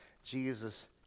Jesus